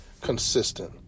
consistent